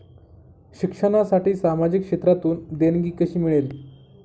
शिक्षणासाठी सामाजिक क्षेत्रातून देणगी कशी मिळेल?